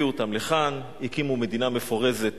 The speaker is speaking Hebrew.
הביאו אותם לכאן, הקימו מדינה מפורזת